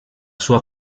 sua